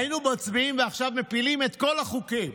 היינו מצביעים ועכשיו היינו מפילים את כל החוקים?